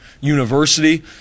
university